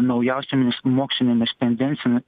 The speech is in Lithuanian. naujausiomis mokslinėmis tendencijom